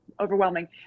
overwhelming